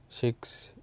six